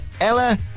Ella